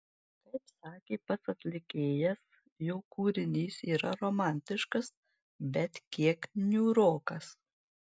kaip sakė pats atlikėjas jo kūrinys yra romantiškas bet kiek niūrokas